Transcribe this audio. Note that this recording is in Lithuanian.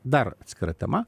dar atskira tema